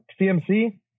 CMC